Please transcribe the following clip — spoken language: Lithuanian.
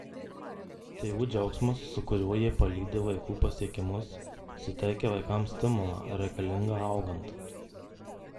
tėvų džiaugsmas su kuriuo jie palydi vaikų pasiekimus suteikia vaikams stimulą reikalingą augant